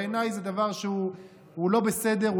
בעיניי זה דבר שהוא לא בסדר,